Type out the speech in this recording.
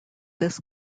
this